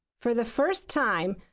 for the first time,